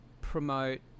promote